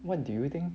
what do you think